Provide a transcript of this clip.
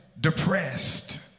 depressed